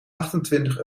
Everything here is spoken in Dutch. achtentwintig